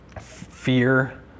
fear